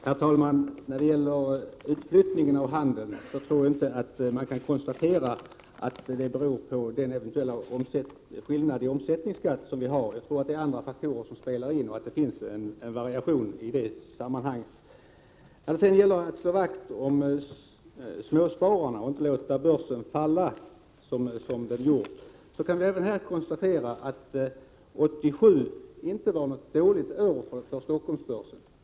Herr talman! Utflyttningen av handeln beror nog inte på den eventuella skillnaden i omsättningsskatt, utan det är andra faktorer som spelar in — det finns variationer i det sammanhanget. När det gäller att slå vakt om småspararna och inte låta börsvärdena falla som de har gjort, kan det konstateras att 1987 inte var något dåligt år för Stockholmsbörsen.